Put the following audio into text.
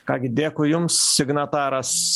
ką gi dėkui jums signataras